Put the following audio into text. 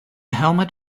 hamlet